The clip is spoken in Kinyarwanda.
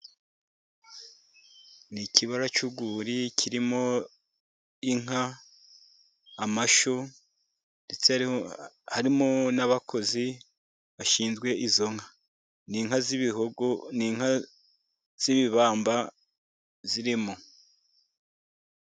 Ni ikibara cy'urwuri kirimo inka, amashyo ndetse hariho harimo n'abakozi bashinzwe izo nka. Ni inka z'ibihogo, ni inka z'ibibamba zirimo.